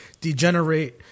degenerate